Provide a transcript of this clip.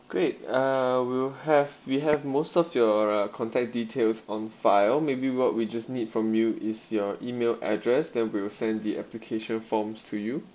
great uh we'll have we have most of your uh contact details on file may be what we just need from you is your email address then we will send the application forms to you